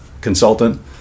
consultant